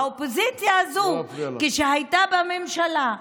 האופוזיציה הזאת, כשהייתה בממשלה,